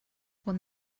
one